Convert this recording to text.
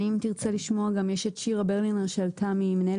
האם תרצה לשמוע גם את שירה ברלינר ממינהלת